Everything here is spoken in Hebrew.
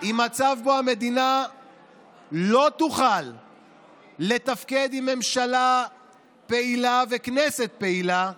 עם מצב שבו המדינה לא תוכל לתפקד עם ממשלה פעילה וכנסת פעילה,